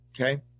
Okay